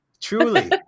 Truly